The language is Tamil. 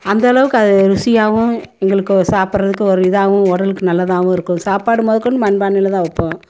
அந்த அளவுக்கு அது ருசியாகவும் எங்களுக்கு சாப்பிட்றதுக்கு ஒரு இதாகவும் உடலுக்கு நல்லதாகவும் இருக்கும் சாப்பாடு மொதல் கொண்டு மண்பானையில் தான் வைப்போம்